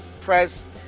press